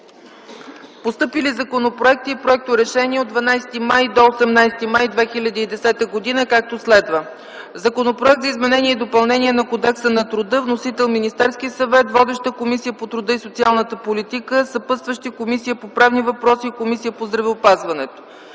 Постъпили законопроекти и проекторешения от 12 май до 18 май 2010 г., както следва: Законопроект за изменение и допълнение на Кодекса на труда. Вносител е Министерският съвет. Водеща е Комисията по труда и социалната политика. Съпътстващи са комисията по правни въпроси и Комисията по здравеопазването.